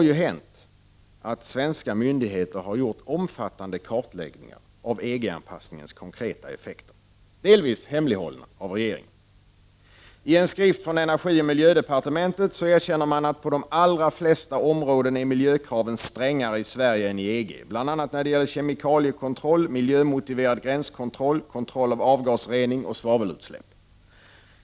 Jo, svenska myndigheter har gjort omfattande kartläggningar av EG-anpassningens konkreta effekter, delvis hemlighållna av regeringen. I en skrift från energioch miljödepartementet erkänner man att miljökraven på de allra flesta områden är strängare i Sverige än i EG, bl.a. när det gäller kemikaliekontroll, miljömotiverad gränskontroll, kontroll av avgasrening och svavelutsläpp.